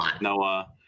noah